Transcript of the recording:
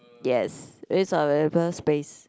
yes use our available space